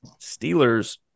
Steelers